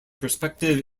perspective